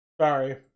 Sorry